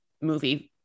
movie